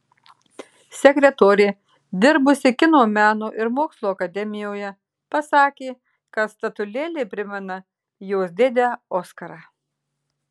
sekretorė dirbusi kino meno ir mokslo akademijoje pasakė kad statulėlė primena jos dėdę oskarą